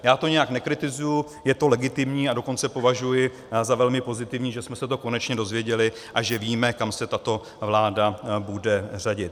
Já to nijak nekritizuji, je to legitimní a dokonce považuji za velmi pozitivní, že jsme se to konečně dozvěděli a že víme, kam se tato vláda bude řadit.